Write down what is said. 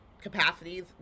capacities